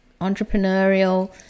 entrepreneurial